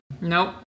Nope